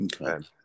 Okay